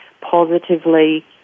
positively